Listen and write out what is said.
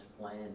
plan